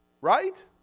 Right